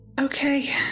Okay